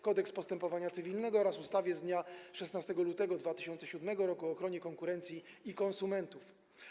Kodeks postępowania cywilnego oraz ustawie z dnia 16 lutego 2007 r. o ochronie konkurencji i konsumentów.